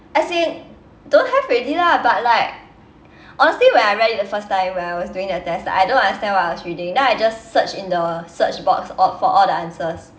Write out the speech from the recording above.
as in don't have already lah but like honestly when I read it the first time when I was doing the test I don't understand what I was reading then I just search in the search box all for all the answers